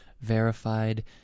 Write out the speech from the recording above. verified